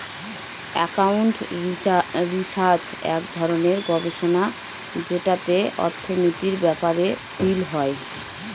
accounting research এক ধরনের গবেষণা যেটাতে অর্থনীতির ব্যাপারে ডিল হয়